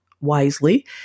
wisely